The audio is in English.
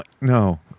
No